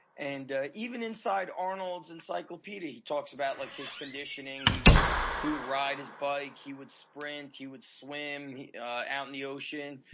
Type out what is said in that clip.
and even inside arnold's encyclopedia, he talks about like his conditioning. and he would he would ride his bike. he would sprint, he would swim out in the ocean,